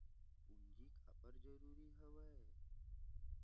पूंजी काबर जरूरी हवय?